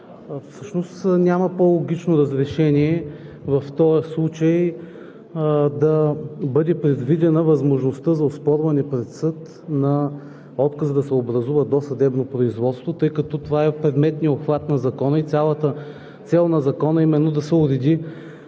всъщност няма по-логично разрешение в този случай да бъде предвидена възможността за оспорване пред съд на отказ да се образува досъдебно производство, тъй като това е предметният обхват на Закона. Цялата цел на Закона е именно да се уреди